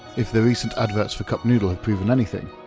if the recent adverts for cup noodle have proven anything,